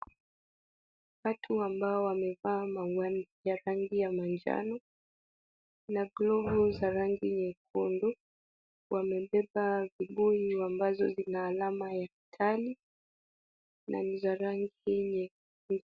Watu ambao wamevaa miwani ya rangi ya manjano na glovu za rangi nyekundu, wamebeba vibuyu ambazo zina alama ya hatari na nizarangi nyekundu.